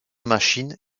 machines